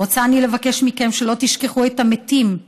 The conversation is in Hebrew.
"רוצה אני לבקש מכם שלא תשכחו את המתים.